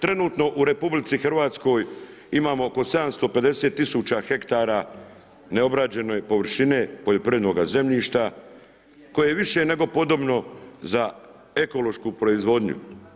Trenutno u RH imamo oko 750000 hektara neobrađene površine poljoprivrednoga zemljišta, koje je više nego podobno za ekološku proizvodnju.